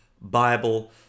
Bible